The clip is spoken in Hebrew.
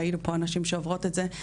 יעידו פה הנשים שעוברות את זה.